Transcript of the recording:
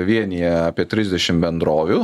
vienija apie trisdešim bendrovių